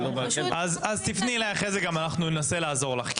אז תפני אליי אחרי זה, אנחנו ננסה לעזור לך.